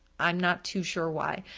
i'm not too sure why.